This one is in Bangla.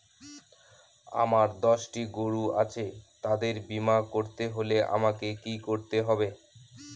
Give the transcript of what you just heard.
আমার দশটি গরু আছে তাদের বীমা করতে হলে আমাকে কি করতে হবে?